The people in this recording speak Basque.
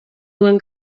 duen